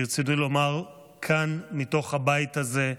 ברצוני לומר כאן, מתוך הבית הזה: